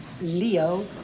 Leo